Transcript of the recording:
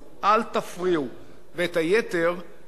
ואת היתר יעשו האנשים המוכשרים האלה.